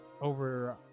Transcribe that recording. over